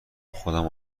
خودم